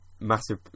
massive